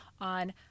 on